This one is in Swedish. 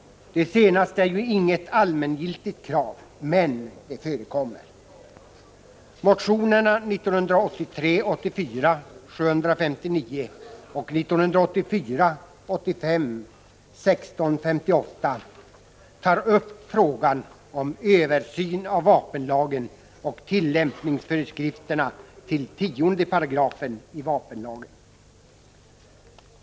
Det senaste är ju inget allmängiltigt krav, men det förekommer. I motionerna 1983 85:1658 tas upp frågan om översyn av vapenlagen och tillämpningsföreskrifterna till 10 § vapenlagen.